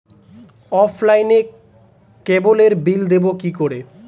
অফলাইনে ক্যাবলের বিল দেবো কি করে?